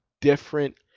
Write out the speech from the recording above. different